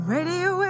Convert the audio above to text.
Radio